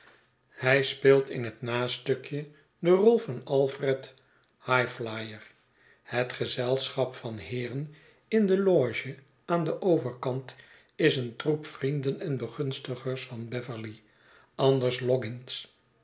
hij speelt in het nastukje de rol van alfred highflier het gezelschap van heeren in de loge aan den overkant is een troep vrienden en begunstigers van beverley anders